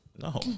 No